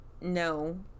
no